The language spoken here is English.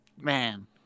man